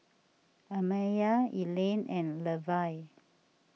Amaya Elaine and Levie